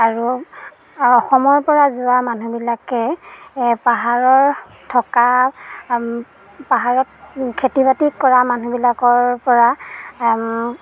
আৰু অসমৰপৰা যোৱা মানুহবিলাকে পাহাৰৰ থকা পাহাৰত খেতি বাতি কৰা মানুহবিলাকৰপৰা